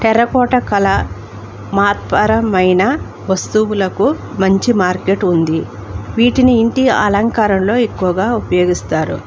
terracotta కళ మత్పరమైన వస్తువులకు మంచి మార్కెట్ ఉంది వీటిని ఇంటి అలంకరణలో ఎక్కువగా ఉపయోగిస్తారు